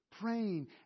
praying